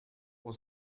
was